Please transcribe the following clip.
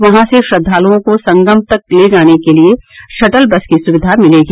वहां से श्रद्वालुओं को संगम तक ले जाने के लिये शटल बस की सुविधा मिलेगी